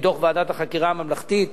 מדוח ועדת החקירה הממלכתית.